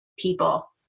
people